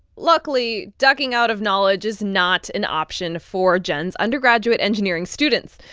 luckily, ducking out of knowledge is not an option for jenn's undergraduate engineering students.